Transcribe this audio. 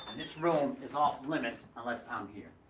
this room is off limits unless i'm here,